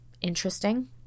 interesting